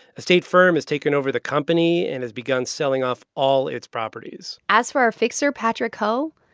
a state firm has taken over the company and has begun selling off all its properties as for our fixer patrick ho,